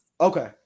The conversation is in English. Okay